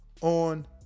on